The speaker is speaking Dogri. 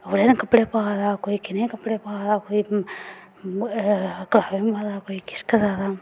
कोई कियां कपड़े पा दा कोई कनेह् कपड़े पा दा कोई किश करा दा कोई किश करा दा